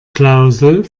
klausel